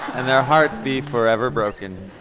and their hearts be forever broken!